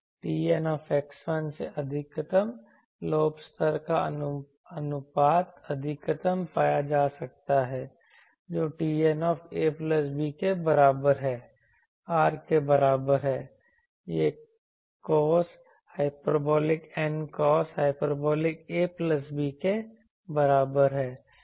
TN से अधिकतम lobe स्तर का अनुपात अधिकतम पाया जा सकता है जो TNab के बराबर है R के बराबर है यह cos hyperbolic N cos hyperbolic a plus b के बराबर है